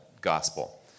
gospel